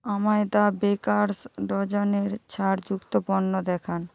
আমায় the bakers ডজনের ছাড়যুক্ত পণ্য দেখান